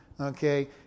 okay